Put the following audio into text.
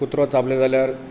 पूण कुत्रो चाबलो जाल्यार